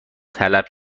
طلب